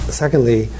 secondly